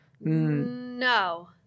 No